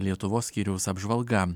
lietuvos skyriaus apžvalga